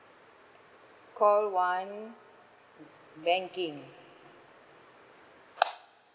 call one banking